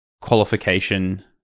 qualification